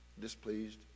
displeased